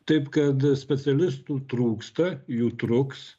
taip kad specialistų trūksta jų truks